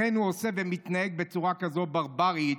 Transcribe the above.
לכן הוא עושה ומתנהג בצורה כזאת ברברית,